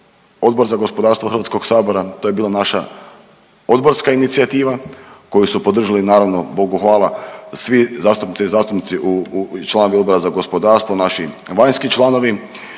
Odbor za gospodarstvo Hrvatskog sabora, to je bila naša odborska inicijativa koju su podržali naravno Bogu hvala svi zastupnice i zastupnici u, u članovi Odbora za gospodarstvo naši vanjski članovi